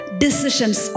decisions